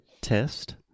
test